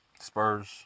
Spurs